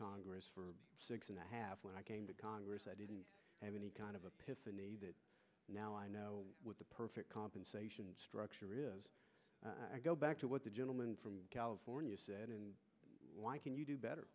congress for six and a half when i came to congress i didn't have any kind of a peson now i know what the perfect compensation structure is i go back to what the gentleman from california said and why can you do better